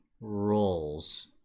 roles